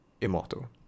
immortal